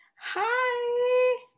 Hi